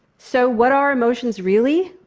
so what are emotions, really?